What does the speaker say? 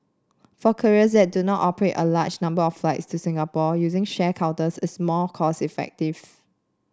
for carriers that do not operate a large number of flights to Singapore using shared counters is more cost effective